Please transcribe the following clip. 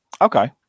Okay